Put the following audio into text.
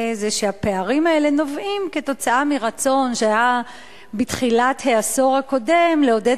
היא שהפערים האלה נובעים מרצון שהיה בתחילת העשור הקודם לעודד